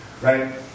Right